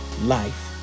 life